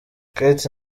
kate